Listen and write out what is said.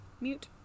Mute